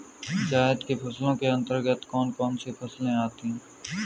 जायद की फसलों के अंतर्गत कौन कौन सी फसलें आती हैं?